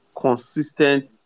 consistent